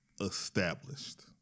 established